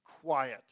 quiet